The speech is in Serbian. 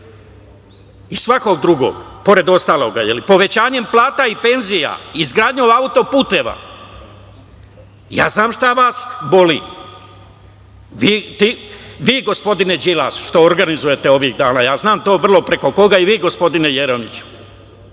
i svakog drugog, pored ostaloga, povećanje plata i penzija, izgradnja autoputeva. Ja znam šta vas boli. Vi, gospodine Đilasu, što organizujete ovih dana, ja znam to vrlo dobro preko koga i vi, gospodine Jeremiću,